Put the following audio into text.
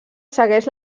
segueix